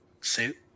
suit